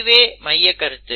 இதுவே மையக்கருத்து